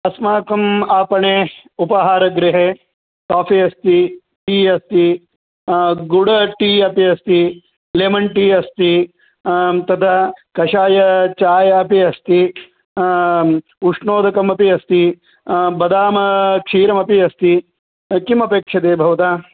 अस्माकम् आपणे उपहारगृहे काफ़ि अस्ति टी अस्ति गुड् टी अपि अस्ति लेमन् टी अस्ति तदा कषायचायम् अपि अस्ति उष्णोदकमपि अस्ति बदामक्षीरमपि अस्ति किमपेक्ष्यते भवता